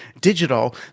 digital